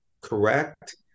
correct